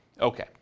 Okay